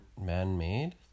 man-made